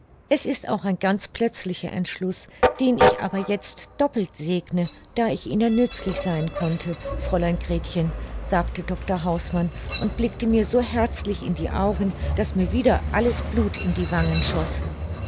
es ist auch ein ganz plötzlicher entschluß den ich aber jetzt doppelt segne da ich ihnen nützlich sein konnte fräulein gretchen sagte dr hausmann und blickte mir so herzlich in die augen daß mir wieder alles blut in die wangen schoß